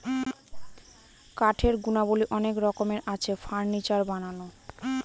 কাঠের গুণাবলী অনেক রকমের আছে, ফার্নিচার বানানো